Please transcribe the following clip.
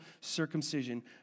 circumcision